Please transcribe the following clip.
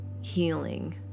healing